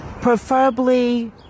preferably